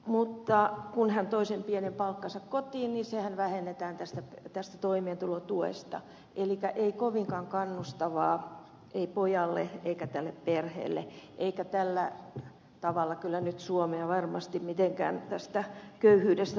mutta kun hän toi sen pienen palkkansa kotiin niin sehän vähennetään toimeentulotuesta elikkä ei kovinkaan kannustavaa ei pojalle eikä tälle perheelle eikä tällä tavalla kyllä nyt suomea varmasti mitenkään tästä köyhyydestä nosteta